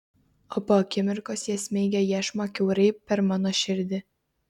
o po akimirkos jie smeigia iešmą kiaurai per mano širdį